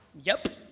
yep.